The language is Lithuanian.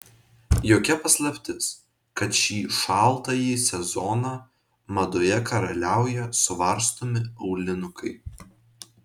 jokia paslaptis kad šį šaltąjį sezoną madoje karaliauja suvarstomi aulinukai